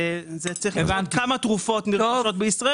זה צריך לראות כמה תרופות נרכשות בישראל